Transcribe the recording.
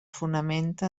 fonamenta